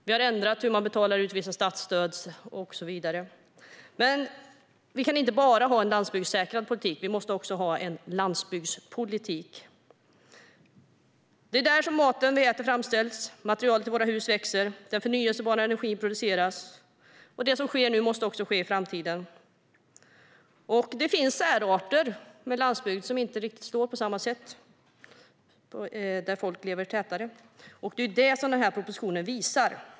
Vi har ändrat på utbetalningen av vissa statsstöd och så vidare. Men vi kan inte bara ha en landsbygdssäkrad politik. Vi måste också ha en landsbygdspolitik. Det är där som maten vi äter framställs, materialet till våra hus växer, där förnybar energi produceras. Det som nu sker måste också ske i framtiden. Det finns särarter när det gäller landsbygden som inte riktigt slår på samma sätt där folk bor tätare. Det är ju det som den här propositionen visar.